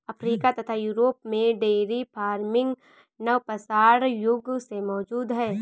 Africa तथा Europe में dairy farming नवपाषाण युग से मौजूद है